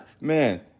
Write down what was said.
Man